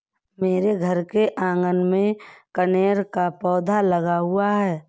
मेरे घर के आँगन में कनेर का पौधा लगा हुआ है